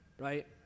right